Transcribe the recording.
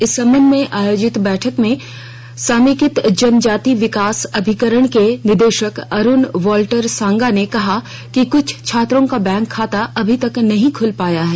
इस संबंध में आयोजित बैठक में समेकित जनजाति विकास अभिकरण के निदेशक अरुण वाल्टर सांगा ने कहा कि कुछ छात्रों का बैंक खाता अभी तक नहीं खुल पाया है